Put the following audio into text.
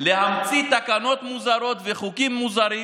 להמציא תקנות מוזרות וחוקים מוזרים